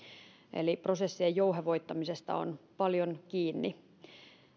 eli prosessien jouhevoittamisesta on paljon kiinni